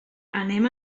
anem